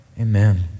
Amen